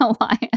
alliance